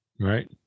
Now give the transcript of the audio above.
Right